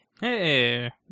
Hey